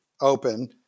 open